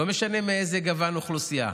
לא משנה מאיזה גוון אוכלוסייה,